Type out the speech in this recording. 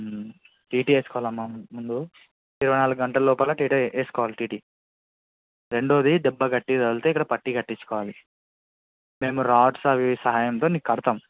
TT వేసుకోవాలమ్మ ముందు ఇరవై నాలుగు గంటలలోపల టీటీ వేసుకోవాలి టీటీ రెండోది దెబ్బ గట్టిగా తగిలితే ఇక్కడ పట్టి కట్టించుకోవాలి మేము రాడ్స్ అవి సహాయంతో నీకు కడతాం